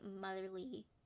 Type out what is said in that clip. motherly